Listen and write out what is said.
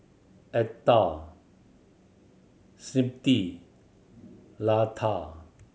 Atal Smriti Lata